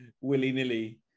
willy-nilly